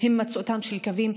בהימצאותם של קווים,